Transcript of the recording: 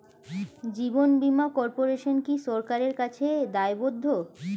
জীবন বীমা কর্পোরেশন কি সরকারের কাছে দায়বদ্ধ?